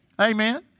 Amen